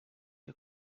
que